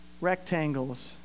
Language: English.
rectangles